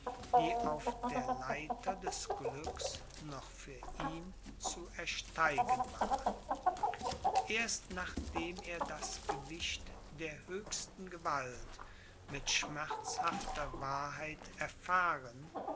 die auf der leiter des glücks noch für ihn zu ersteigen war erst nachdem er das gewicht der höchsten gewalt mit schmerzhafter wahrheit erfahren